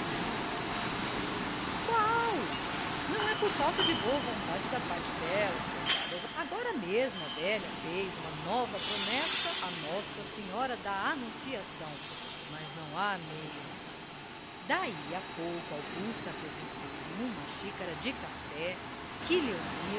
afinal qual não é por falta de boa vontade da parte delas coitadas agora mesmo a velha fez uma nova promessa a nossa senhora da anunciação mas não há meio daí a pouco augusta apresentou-lhe uma xícara de café que léonie